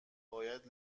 باید